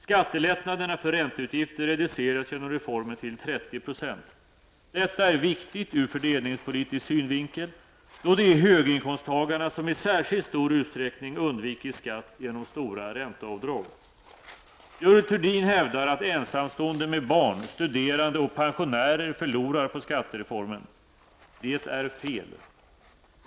Skattelättnaderna för ränteutgifter reduceras genom reformen till 30 %. Detta är viktigt ur fördelningspolitisk synvinkel, då det är höginkomsttagarna som i särskilt stor utsträckning undvikit skatt genom stora ränteavdrag. Görel Thurdin hävdar att ensamstående med barn, studerande och pensionärer förlorar på skattereformen. Det är fel.